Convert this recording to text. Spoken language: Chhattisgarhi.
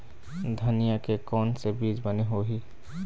धनिया के कोन से बीज बने होही?